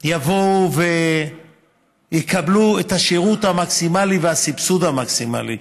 יבואו ויקבלו את השירות המקסימלי והסבסוד המקסימלי.